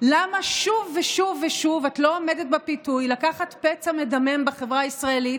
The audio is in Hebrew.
למה שוב ושוב ושוב את לא עומדת בפיתוי לקחת פצע מדמם בחברה הישראלית,